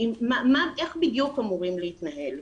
איך בדיוק אמורים להתנהל?